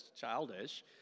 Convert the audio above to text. childish